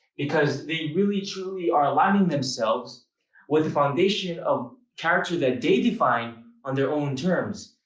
because they really truly are aligning themselves with a foundation of character that they defined on their own terms.